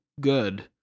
good